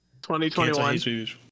2021